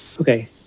Okay